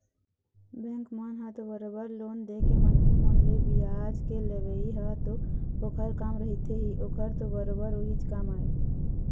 bank मन ह तो बरोबर लोन देके मनखे मन ले बियाज के लेवई ह तो ओखर काम रहिथे ही ओखर तो बरोबर उहीच काम आय